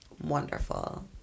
wonderful